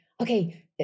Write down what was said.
Okay